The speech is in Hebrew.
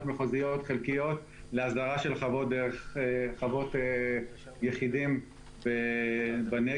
מחוזיות חלקיות להסדרה של חוות דרך חוות יחידים בנגב.